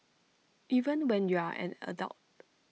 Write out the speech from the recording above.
even when you're an adult